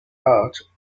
art